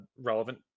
relevant